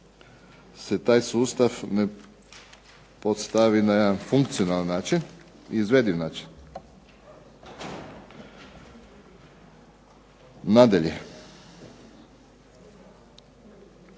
se taj sustav ne postavi na jedan funkcionalan način, izvediv način. Nadalje.